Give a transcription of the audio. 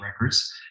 records